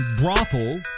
brothel